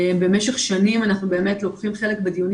במשך שנים אנחנו באמת לוקחים חלק בדיונים